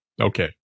Okay